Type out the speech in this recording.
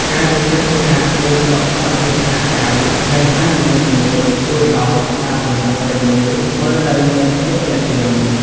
ការយកចិត្តទុកដាក់លើសោភ័ណភាពខាងក្រៅនៃហាងនីមួយៗជួយឱ្យផ្សារទំនើបទាំងមូលមើលទៅមានភាពទាក់ទាញ។